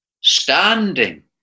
standing